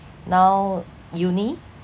now uni